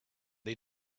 they